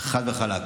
חד וחלק.